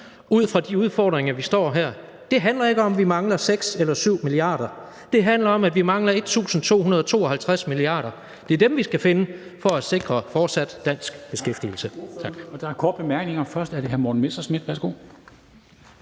ud fra de udfordringer, vi står her med. Det handler ikke om, at vi mangler 6 eller 7 mia. kr.; det handler om, at vi mangler 1.252 mia. kr., og at det er dem, vi skal finde for at sikre fortsat dansk beskæftigelse.